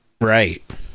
right